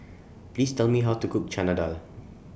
Please Tell Me How to Cook Chana Dal